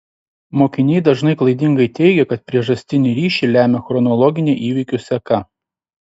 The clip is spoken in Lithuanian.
mokiniai dažnai klaidingai teigia kad priežastinį ryšį lemia chronologinė įvykių seka